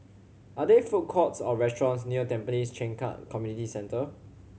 are there food courts or restaurants near Tampines Changkat Community Centre